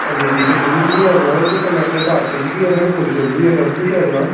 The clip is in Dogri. ते इत्थें जू बी हैन म्हाराज कन्नै इत्थें पार्क बी ऐ साढ़ी फुल्ल बी ते सब कुछ ऐ जनाब